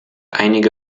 einige